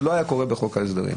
שזה לא היה קורה בחוק ההסדרים.